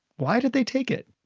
why did they take it?